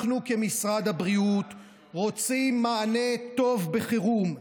אנחנו כמשרד הבריאות רוצים מענה טוב בחירום.